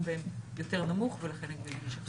בהם יותר נמוך ולכן הבנו שצריך לשחרר.